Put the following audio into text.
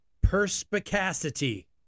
perspicacity